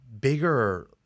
bigger